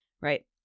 Right